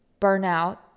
burnout